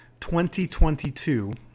2022